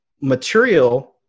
material